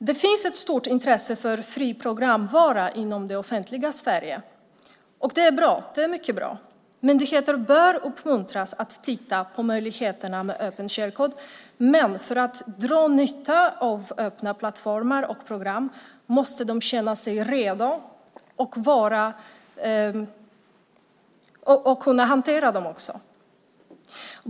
Det finns ett stort intresse för fri programvara inom det offentliga Sverige. Det är mycket bra. Myndigheter bör uppmuntras att titta på möjligheterna med öppen källkod, men för att dra nytta av öppna plattformar och program måste de känna sig redo och kunna hantera dem.